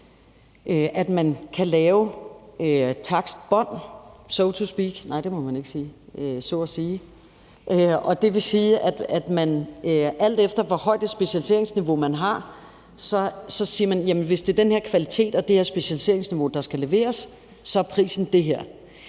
at sige kan lave takstbånd, og det vil sige, at man, alt efter hvor højt et specialiseringsniveau man har, siger: Hvis det er den her kvalitet og det her specialiseringsniveau, der skal leveres, så er prisen det her.